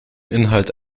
inhalt